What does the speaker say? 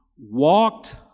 walked